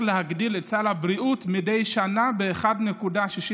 להגדיל את סל הבריאות מדי שנה ב-1.65%,